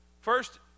First